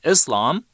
Islam